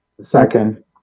Second